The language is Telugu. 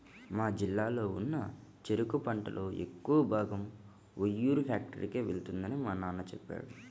మా జిల్లాలో ఉన్న చెరుకు పంటలో ఎక్కువ భాగం ఉయ్యూరు ఫ్యాక్టరీకే వెళ్తుందని మా నాన్న చెప్పాడు